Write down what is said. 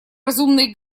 разумные